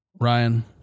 Ryan